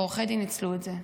ועורכי דין ניצלו את זה.